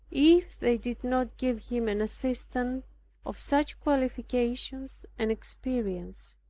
if they did not give him an assistant of such qualifications and experience.